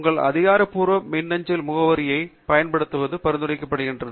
உங்கள் அதிகாரப்பூர்வ மின்னஞ்சல் முகவரியைப் பயன்படுத்துவது பரிந்துரைக்கப்படுகிறது